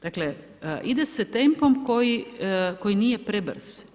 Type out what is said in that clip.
Dakle ide se tempom koji nije prebrz.